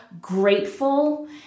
grateful